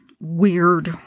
weird